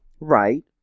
Right